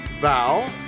Val